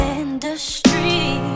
industry